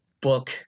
book